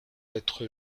être